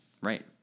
Right